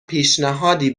پیشنهادی